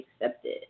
accepted